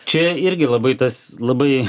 čia irgi labai tas labai